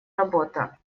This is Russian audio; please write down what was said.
работа